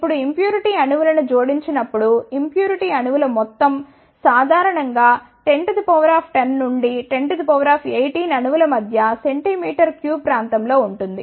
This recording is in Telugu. ఇప్పుడు ఇంప్యూరిటీ అణువులను జోడించినప్పుడు ఇంప్యూరిటీ అణువుల మొత్తం సాధారణం గా1010 నుండి 1018అణువుల మధ్య సెంటీమీటర్ క్యూబ్ ప్రాంతంలో ఉంటుంది